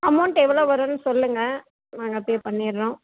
amount எவ்வளோ வரும்ன்னு சொல்லுங்கள் நாங்கள் பே பண்ணிடுறோம்